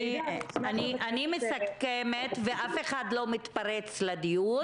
אני מסכמת, ואף אחד לא מתפרץ לדיון.